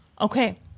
Okay